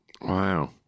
Wow